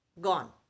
gone